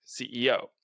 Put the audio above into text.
CEO